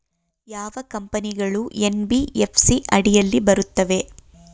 ಯಾವ ಕಂಪನಿಗಳು ಎನ್.ಬಿ.ಎಫ್.ಸಿ ಅಡಿಯಲ್ಲಿ ಬರುತ್ತವೆ?